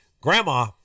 Grandma